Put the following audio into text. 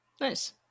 Nice